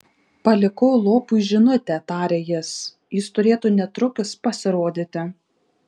palikau lopui žinutę tarė jis jis turėtų netrukus pasirodyti